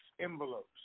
envelopes